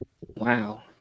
Wow